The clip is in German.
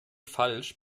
falsch